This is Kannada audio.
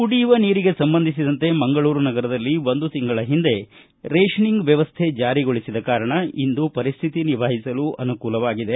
ಕುಡಿಯುವ ನೀರಿಗೆ ಸಂಬಂಧಿಸಿದಂತೆ ಮಂಗಳೂರು ನಗರದಲ್ಲಿ ಒಂದು ತಿಂಗಳ ಹಿಂದೆ ರೇಷನಿಂಗ್ ವ್ಯವಸ್ಥೆ ಜಾರಿಗೊಳಿಸಿದ ಕಾರಣ ಇಂದು ಪರಿಸ್ಥಿತಿ ನಿಭಾಯಿಸಲು ಅನುಕೂಲವಾಗಿದೆ